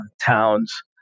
towns